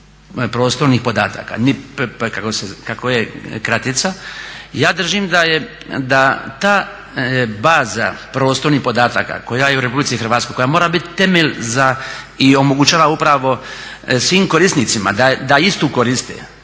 prostornih podataka … kako je kratica. Ja držim da ta baza prostornih podataka koja je u Republici Hrvatskoj, koja mora biti temelj za i omogućava upravo svim korisnicima da istu koriste,